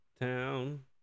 town